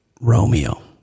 Romeo